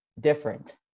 different